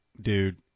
dude